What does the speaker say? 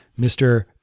Mr